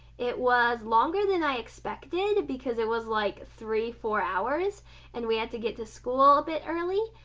it was longer than i expected because it was like three four hours and we had to get to school a bit early,